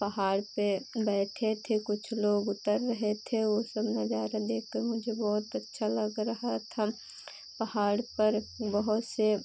पहाड़ पर बैठे थे कुछ लोग उतर रहे थे वह सब नज़ारा देखकर मुझे बहुत अच्छा लग रहा था पहाड़ पर बहुत से